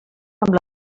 amb